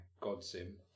god-sim